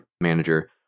manager